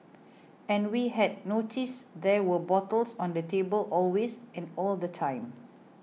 and we had noticed there were bottles on the table always and all the time